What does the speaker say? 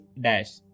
dash